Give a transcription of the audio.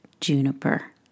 Juniper